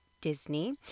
Disney